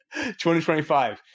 2025